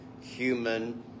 human